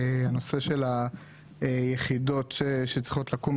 הנושא של היחידות שצריכות לקום,